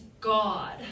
God